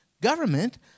government